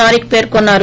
తారిక్ పేర్కొన్నారు